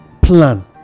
plan